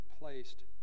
replaced